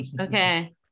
Okay